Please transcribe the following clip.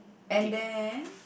and then